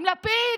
עם לפיד?